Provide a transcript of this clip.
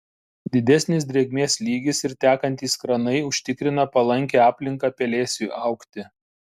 didesnis drėgmės lygis ir tekantys kranai užtikrina palankią aplinką pelėsiui augti